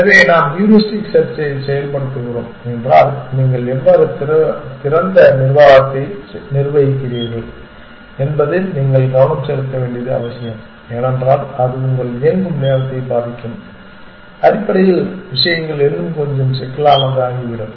எனவே நாம் ஹூரிஸ்டிக் செர்ச்சைச் செயல்படுத்துகிறோம் என்றால் நீங்கள் எவ்வாறு திறந்த நிர்வாகத்தை நிர்வகிக்கிறீர்கள் என்பதில் நீங்கள் கவனம் செலுத்த வேண்டியது அவசியம் ஏனென்றால் அது உங்கள் இயங்கும் நேரத்தை பாதிக்கும் அடிப்படையில் விஷயங்கள் இன்னும் கொஞ்சம் சிக்கலானதாகிவிடும்